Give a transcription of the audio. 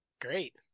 Great